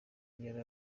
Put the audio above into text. yari